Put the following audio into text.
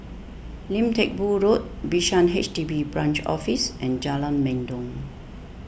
Lim Teck Boo Road Bishan H D B Branch Office and Jalan Mendong